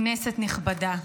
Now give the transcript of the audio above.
כנסת נכבדה,